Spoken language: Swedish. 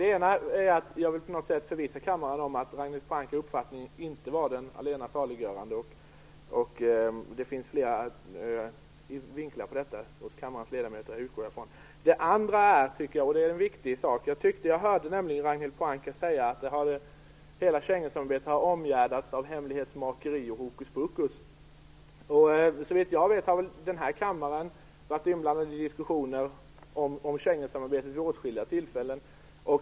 Det ena är att jag vill förvissa kammaren om att Ragnhild Pohankas uppfattning inte är den allena saliggörande. Det finns flera vinklar på detta hos kammarens ledamöter; det utgår jag från. Det andra är en viktig sak. Jag tyckte att jag hörde Ragnhild Pohanka säga att hela Schengensamarbetet har omgärdats av hemlighetsmakeri och hokuspokus. Såvitt jag vet har den här kammaren varit inblandad i diskussioner om Schengensamarbetet vid åtskilliga tillfällen.